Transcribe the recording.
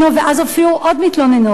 ואז הופיעו עוד מתלוננות,